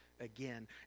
again